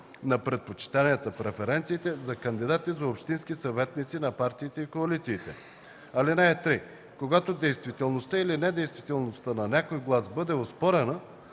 на предпочитанията (преференциите) за кандидатите за общински съветници на партиите и коалициите. (3) Когато действителността или недействителността на някой глас бъде оспорена,